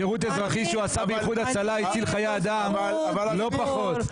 השירות האזרחי שהוא עשה באיחוד הצלה הציל חיי אדם לא פחות,